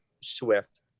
Swift